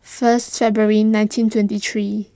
first February nineteen twenty three